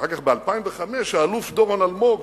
אחר כך ב-2005, האלוף דורון אלמוג